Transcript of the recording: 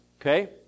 okay